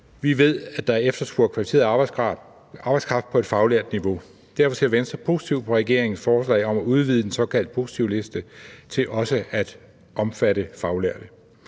Vi ved, at der er efterspurgt kvalificeret arbejdskraft på et faglært niveau. Derfor ser Venstre positivt på regeringens forslag om at udvide den såkaldte positivliste til også at omfatte faglærte.